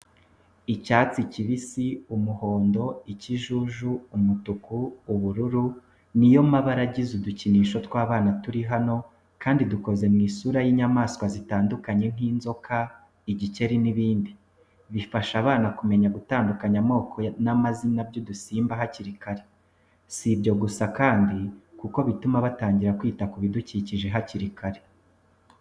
Icyatsi kibisi, umuhondo, ikijuju, umutuku, ubururu ni yo mabara agize udukinisho tw'abana turi hano kandi dukoze mu isura y'inyamaswa zitandukanye n'inzoka, igikeri n'ibindi. Bifasha abana kumenya gutandukanya amoko n'amazina by'udusimba hakiri kare. Si ibyo gusa kandi kuko bituma batangira kwita ku bidukikije hakiri kare.